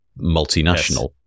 multinational